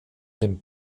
den